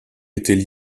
étaient